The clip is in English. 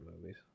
movies